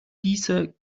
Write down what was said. dieser